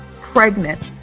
pregnant